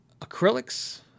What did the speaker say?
Acrylics